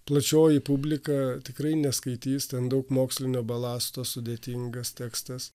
plačioji publika tikrai neskaitys ten daug mokslinio balasto sudėtingas tekstas